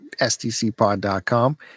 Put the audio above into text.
stcpod.com